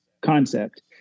concept